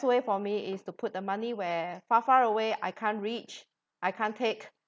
way for me is to put the money where far far away I can't reach I can't take